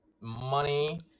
money